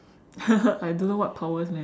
I don't know what powers man